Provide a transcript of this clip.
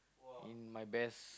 in my best